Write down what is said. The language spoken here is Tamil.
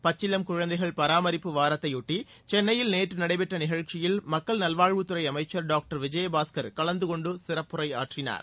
பச்சிளம் குழந்தைகள் பராமரிப்பு வாரத்தை ஒட்டி சென்னையில் நேற்று நடைபெற்ற நிகழ்ச்சியில் மக்கள் நல்வாழ்வுத்துறை அமைச்சர் டாக்டர் விஜயபாஸ்கர் கலந்து கொண்டு சிறப்புரையாற்றினார்